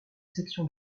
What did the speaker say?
section